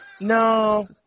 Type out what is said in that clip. No